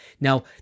now